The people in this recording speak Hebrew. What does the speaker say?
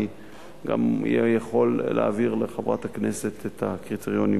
אני גם יכול להעביר לחברת הכנסת את כל הקריטריונים: